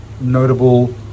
notable